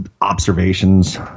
observations